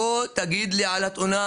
בוא תגיד לי על התאונה,